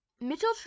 Mitchell